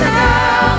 now